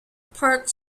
park